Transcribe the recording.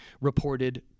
reported